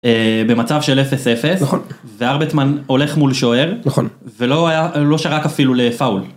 במצב של 0-0, והרבטמן הולך מול שוער, והוא לא שרק אפילו לפאול.